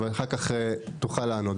ואחר כך תוכל לענות.